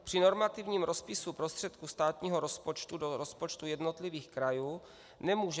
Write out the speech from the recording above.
Při normativním rozpisu prostředků státního rozpočtu do rozpočtu jednotlivých krajů nemůže